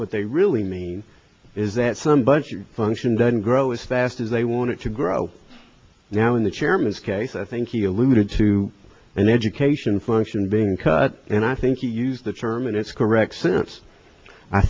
what they really mean is that some budget function doesn't grow as fast as they want to grow now in the chairman's case i think he alluded to an education function being cut and i think you used the term in its correct sense i